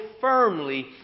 firmly